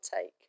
take